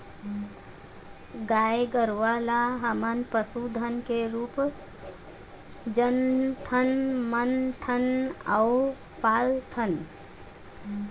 गाय गरूवा ल हमन पशु धन के रुप जानथन, मानथन अउ पालथन